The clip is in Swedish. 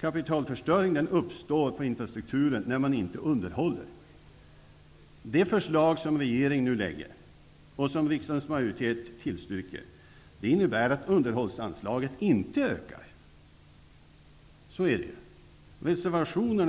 Kapitalförstöring inom infrastrukturen uppstår när man inte underhåller. Det förslag som regeringen nu lägger fram och som riksdagens majoritet tillstyrker innebär att underhållsanslaget inte ökar. Så är det. De socialdemokratiska